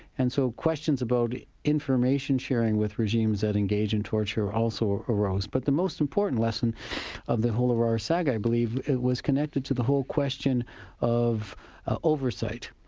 and so questions about information-sharing with regimes that engage in torture are also erroneous. but the most important lesson of the whole arar saga i believe, it was connected to the whole question of ah oversight.